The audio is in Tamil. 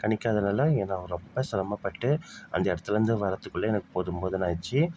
கணிக்காததனால நான் ரொம்ப சிரமப்பட்டு அந்த இடத்துலேந்து வர்றத்துக்குள்ளே எனக்கு போதும் போதும்னு ஆச்சு